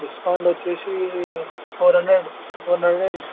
discount వచ్చేసి four hundred four hundred discount